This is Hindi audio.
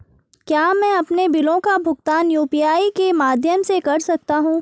क्या मैं अपने बिलों का भुगतान यू.पी.आई के माध्यम से कर सकता हूँ?